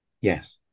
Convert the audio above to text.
Yes